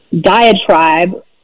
diatribe